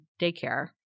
daycare